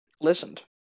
listened